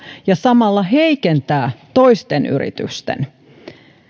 ja samalla heikentää toisten yritysten kilpailukykyä